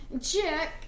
Check